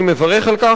אני מברך על כך.